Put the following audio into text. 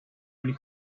only